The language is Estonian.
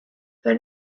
veel